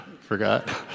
Forgot